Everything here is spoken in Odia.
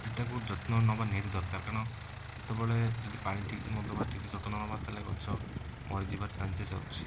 ସେଇଟାକୁ ଯତ୍ନ ନବା ନିହାତି ଦରକାର କାରଣ ସେତେବେଳେ ଯଦି ପାଣି ଠିକସେ ନ ଦେବା ଠିକସେ ଯତ୍ନ ନନେବା ତାହେଲେ ଗଛ ମରିଯିବାର ଚାଁସେସ୍ ଅଛି